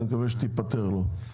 אני מקווה שתיפתר לו.